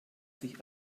sich